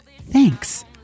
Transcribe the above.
Thanks